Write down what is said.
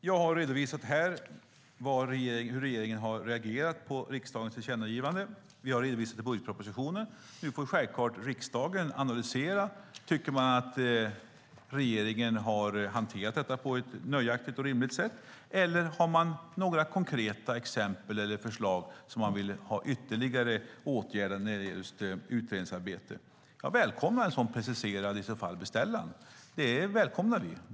Fru talman! Jag har här redovisat hur regeringen har reagerat på riksdagens tillkännagivande. Vi har redovisat det i budgetpropositionen. Nu får riksdagen självklart analysera. Tycker man att regeringen har hanterat detta på ett nöjaktigt och rimligt sätt, eller har man några konkreta exempel eller förslag där man vill ha ytterligare åtgärder när det gäller just utredningsarbete? Jag välkomnar i så fall en sådan preciserad beställning. Det välkomnar vi.